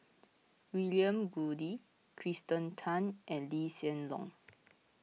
William Goode Kirsten Tan and Lee Hsien Loong